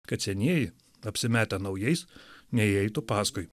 kad senieji apsimetę naujais neįeitų paskui